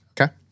Okay